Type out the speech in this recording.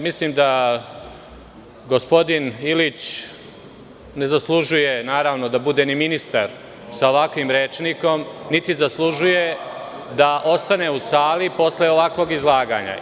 Mislim da gospodin Ilić ne zaslužuje da bude ni ministar sa ovakvim rečnikom, niti zaslužuje da ostane u sali posle ovakvog izlaganja.